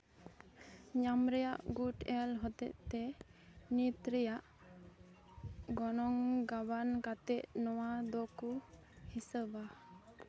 ᱧᱟᱢ ᱨᱮᱭᱟᱜ ᱜᱩᱴ ᱮᱞ ᱦᱚᱛᱮᱡ ᱛᱮ ᱱᱤᱛ ᱨᱮᱭᱟᱜ ᱜᱚᱱᱚᱝ ᱜᱟᱵᱟᱱ ᱠᱟᱛᱮ ᱱᱚᱣᱟ ᱫᱚᱠᱚ ᱦᱤᱥᱟᱹᱵᱟ